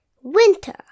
winter